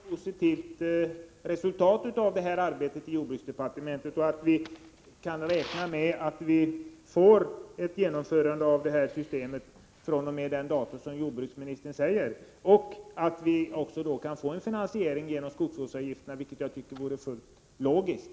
Herr talman! Kan vi då förvänta oss ett positivt resultat av arbetet i jordbruksdepartementet, så att vi kan räkna med dels att systemet genomförs fr.o.m. det datum som jordbruksministern anger, dels att finansieringen sker genom skogsvårdsavgifterna, vilket jag tycker vore fullt logiskt?